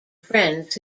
friends